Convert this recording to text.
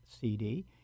CD